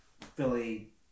Philly